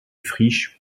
friches